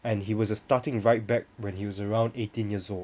and he was a starting right back when he was around eighteen years old